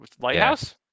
lighthouse